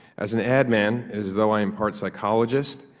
as an ad man, it is though i am part psychologist,